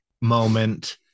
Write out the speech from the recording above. moment